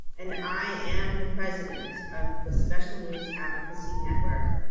and i am the president of the special needs advocacy network,